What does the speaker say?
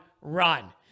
run